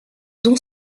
dont